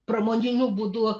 pramoniniu būdu